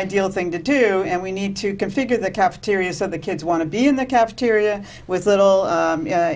ideal thing to do and we need to configure the cafeteria so the kids want to be in the cafeteria with little